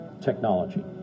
technology